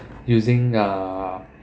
using ah